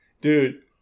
Dude